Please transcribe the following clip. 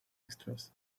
extras